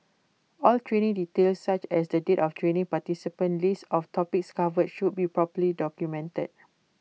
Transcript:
all training details such as the date of training participant list of topics covered should be properly documented